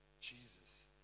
Jesus